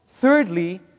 Thirdly